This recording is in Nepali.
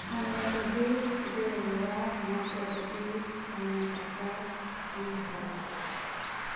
आन्द्राप्रदेश गोवा मध्यप्रदेश कर्नाटका बिहार